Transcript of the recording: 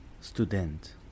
Student